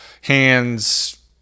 hands